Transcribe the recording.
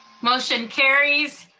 motion carries.